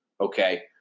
okay